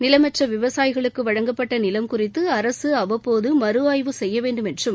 நிலமற்ற விவசாயிகளுக்கு வழங்கப்பட்ட நிலம் குறித்து அரசு அவ்வப்போது மறு ஆய்வு செய்ய வேண்டும் என்றும்